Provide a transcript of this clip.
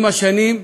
עם השנים,